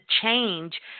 change